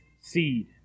seed